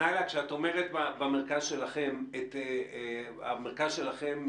כשאת אומרת במרכז שלכם, מה מכסה המרכז שלכם?